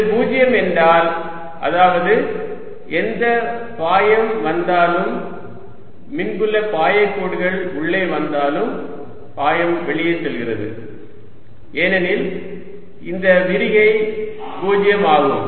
இது 0 என்றால் அதாவது எந்த பாயம் வந்தாலும் மின்புல பாய கோடுகள் உள்ளே வந்தாலும் பாயம் வெளியே செல்கிறது ஏனெனில் இந்த விரிகை 0 ஆகும்